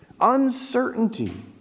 Uncertainty